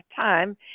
time